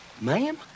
Ma'am